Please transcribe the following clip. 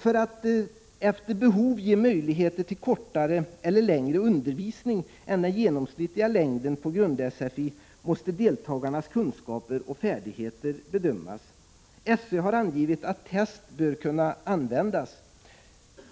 För att möjlighet skall ges till kortare eller längre undervisning, efter behov, än den genomsnittliga längden på grund-sfi måste deltagarnas kunskaper och färdigheter bedömas. SÖ har angivit att test bör kunna användas.